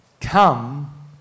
come